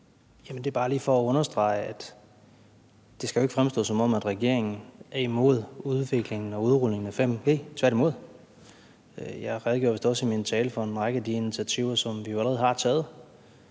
Det er bare lige for at understrege, at det jo ikke skal fremstå, som om regeringen er imod udviklingen og udrulningen af 5G, tværtimod. Jeg redegjorde vist også i min tale for en række af de initiativer, som vi jo allerede har taget.